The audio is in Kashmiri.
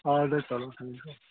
اَدٕ حظ چَلو ٹھیٖک چھُ